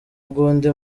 bw’undi